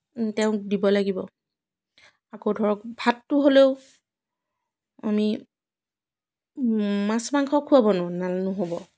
তেওঁক দিব লাগিব আকৌ ধৰক ভাতটো হ'লেও আমি মাছ মাংস খোৱাব না নাল নহ'ব